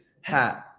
hat